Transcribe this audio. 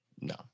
No